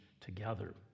together